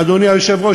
ואדוני היושב-ראש,